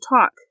talk